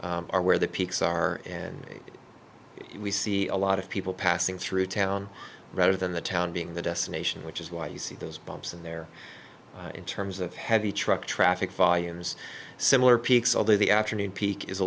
are where the peaks are and we see a lot of people passing through town rather than the town being the destination which is why you see those bumps in there in terms of heavy truck traffic volumes similar peaks although the afternoon peak is a